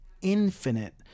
infinite